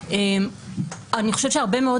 לא,